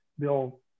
Bill